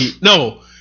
No